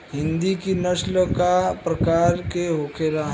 हिंदी की नस्ल का प्रकार के होखे ला?